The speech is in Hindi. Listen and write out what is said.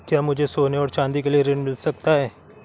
क्या मुझे सोने और चाँदी के लिए ऋण मिल सकता है?